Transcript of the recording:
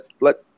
let